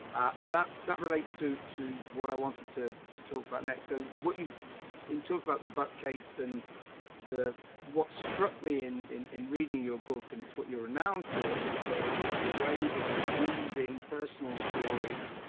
and that, that relates to, to what i wanted to to talk about next. so what you in talk about the buck case and the, what struck me in, in, in reading your book and it's what you're renowned for is the, the way that you weave in personal stories,